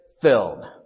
filled